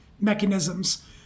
mechanisms